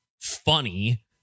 funny